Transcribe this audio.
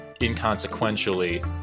inconsequentially